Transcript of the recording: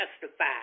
testify